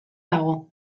dago